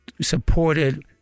supported